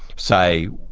say,